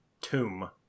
tomb